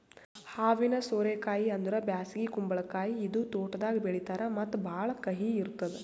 ಹಾವಿನ ಸೋರೆ ಕಾಯಿ ಅಂದುರ್ ಬ್ಯಾಸಗಿ ಕುಂಬಳಕಾಯಿ ಇದು ತೋಟದಾಗ್ ಬೆಳೀತಾರ್ ಮತ್ತ ಭಾಳ ಕಹಿ ಇರ್ತುದ್